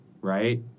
right